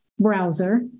browser